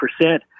percent